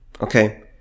okay